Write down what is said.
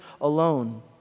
alone